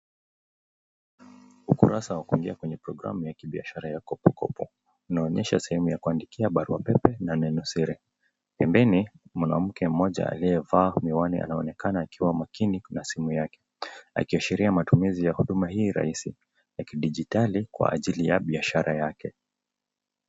Ukurawa wa kuongea ya programu ya biashara ya kopokopo , inaonyesha sehemu ya kuandikia barua pepe na neno zile, pembeni mwanamke aliyevaa miwani anaonekana akiwa makini, kwa simu yake akiashiria matumizi ya huduma hii rahisi ya kidijitali kwa ajili ya biashara yake.